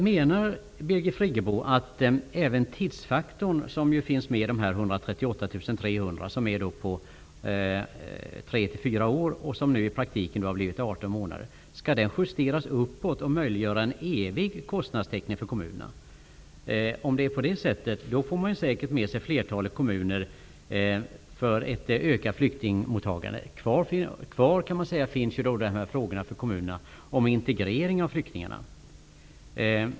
Menar Birgit Friggebo att även tidsfaktorn -- som ju finns med i de 138 300 kronorna för tre fyra år, som i praktiken har blivit 18 månader -- skall justeras uppåt och möjliggöra en evig kostnadstäckning för kommunerna? Om det är på det sättet får man säkert med sig flertalet kommuner för ett ökat flyktingmottagande. Kvar kan man säga finns frågorna för kommunerna om integrering av flyktingarna.